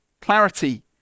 Clarity